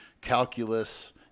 calculus